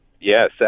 Yes